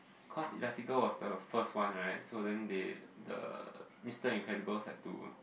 cause elastical was the first one right so then they the Mister Incredible had to